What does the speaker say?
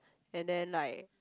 and then like